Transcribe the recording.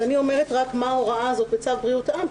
רק אומרת מה ההוראה הזאת בצו בריאות העם,